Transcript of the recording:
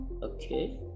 okay